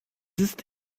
ist